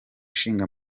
ishinga